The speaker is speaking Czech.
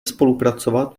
spolupracovat